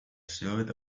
silhouette